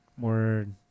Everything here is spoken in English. word